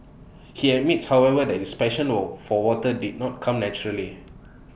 he admits however that his passion of for water did not come naturally